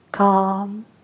Calm